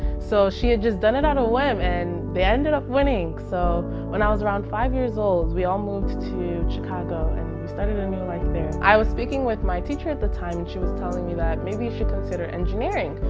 so she had just done it on a whim and they ended up winning. so when i was around five years old, we all moved to chicago and started a new life there. i was speaking with my teacher at the time, and she was telling me that maybe you should consider engineering.